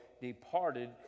departed